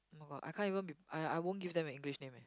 oh-my-god I can't even be I I won't even give them a English name eh